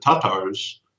Tatars